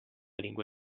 lingua